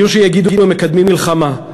יהיו שיגידו שהם מקדמים מלחמה.